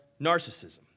narcissism